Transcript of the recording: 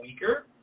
weaker